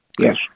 Yes